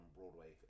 Broadway